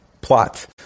plots